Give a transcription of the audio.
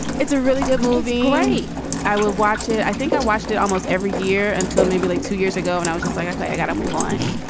it's a really good movie. i will watch it. i think i watched it almost every year until maybe like two years ago. and i was just like, okay, i gotta move on.